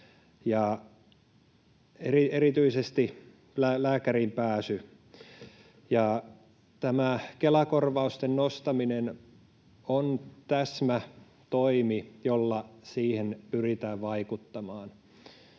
erityisesti lääkäriinpääsy. Kela-korvausten nostaminen on täsmätoimi, jolla siihen pyritään vaikuttamaan.